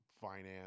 Finance